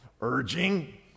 urging